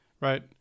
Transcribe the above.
right